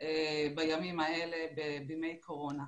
בימים האלה, בימי קורונה.